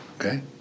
okay